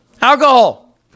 Alcohol